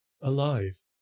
alive